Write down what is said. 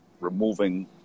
removing